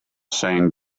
saying